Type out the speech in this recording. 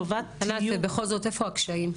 ענת בכל זאת איפה הכשלים?